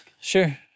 Sure